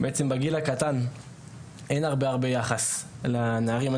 שבעצם בגיל הקטן אין הרבה יחס לנערים.